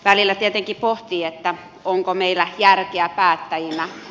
välillä tietenkin pohtii onko meillä järkeä päättäjinä